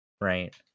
right